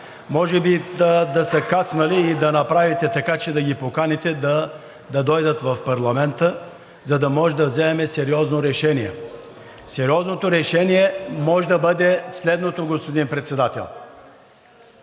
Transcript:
Може би да са кацнали и да направите така, че да ги поканите да дойдат в парламента, за да можем да вземем сериозно решение. Сериозното решение може да бъде следното, господин Председател: